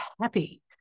happy